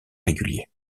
régulier